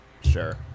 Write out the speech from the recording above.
Sure